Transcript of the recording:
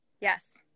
Yes